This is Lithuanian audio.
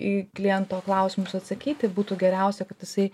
į kliento klausimus atsakyti būtų geriausia kad jisai